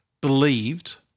believed